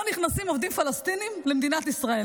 שלא נכנסים עובדים פלסטינים למדינת ישראל.